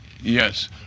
Yes